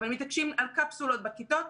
אבל מתעקשים על קפסולות בכיתות,